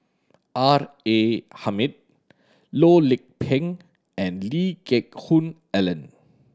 R A Hamid Loh Lik Peng and Lee Geck Hoon Ellen